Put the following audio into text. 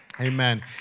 Amen